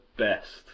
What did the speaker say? best